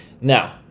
now